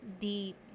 Deep